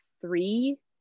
three